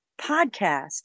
podcast